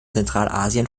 zentralasien